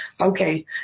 okay